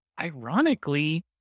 ironically